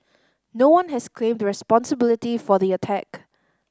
no one has claimed responsibility for the attack